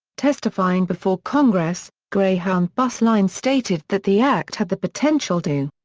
testifying before congress, greyhound bus lines stated that the act had the potential to.